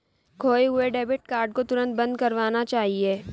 खोये हुए debit card को तुरंत बंद करवाना चाहिए